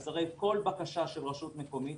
אז הרי כל בקשה של רשות מקומית,